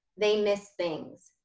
they miss things.